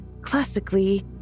classically